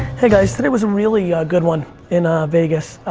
hey guys, today was a really ah good one in ah vegas.